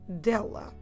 dela